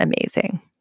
amazing